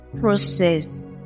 process